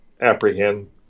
apprehend